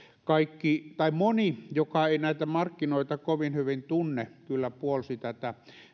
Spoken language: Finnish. moni joka ei näitä markkinoita kovin hyvin tunne kyllä puolsi tätä